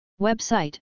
Website